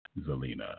Zelina